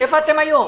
איפה אתם היום?